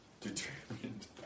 Determined